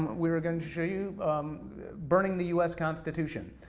we are going to show you burning the us constitution.